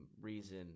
reason